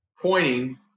pointing